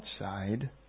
outside